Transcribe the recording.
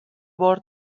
بار